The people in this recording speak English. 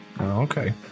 Okay